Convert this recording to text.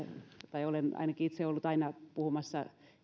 ja olen ainakin itse ollut aina puhumassa